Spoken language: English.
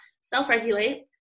self-regulate